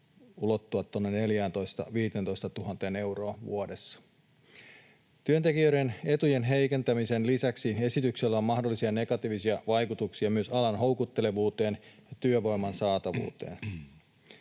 jopa tuonne 14 000—15 000 euroon vuodessa. Työntekijöiden etujen heikentämisen lisäksi esityksellä on mahdollisia negatiivisia vaikutuksia myös alan houkuttelevuuteen ja työvoiman saatavuuteen.